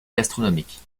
gastronomiques